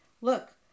Look